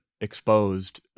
exposed